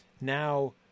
Now